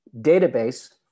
database